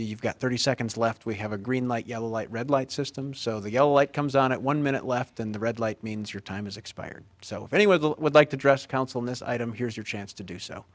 you you've got thirty seconds left we have a green light yellow light red light system so the yellow light comes on at one minute left in the red light means your time is expired so if anyone would like to dress council in this item here's your chance to do so